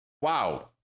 wow